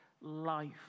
life